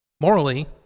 morally